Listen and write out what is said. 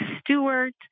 Stewart